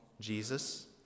Jesus